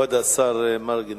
כבוד השר מרגי,